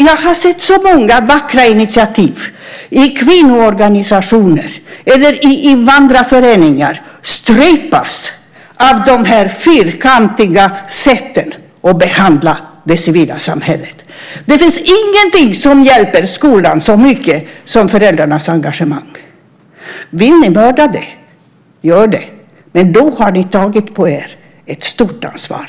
Jag har sett så många vackra initiativ, i kvinnoorganisationer eller i invandrarföreningar, strypas av de här fyrkantiga sätten att behandla det civila samhället. Det finns ingenting som hjälper skolan så mycket som föräldrarnas engagemang. Vill ni mörda det, gör det! Men då har ni tagit på er ett stort ansvar.